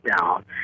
down